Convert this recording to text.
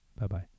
Bye-bye